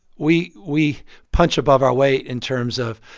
we we punch above our weight in terms of,